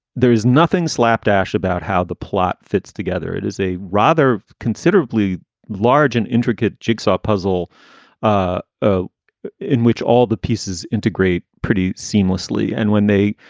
there is nothing slapdash about how the plot fits together. it is a rather considerably large and intricate jigsaw puzzle ah ah in which all the pieces integrate pretty seamlessly. and when they.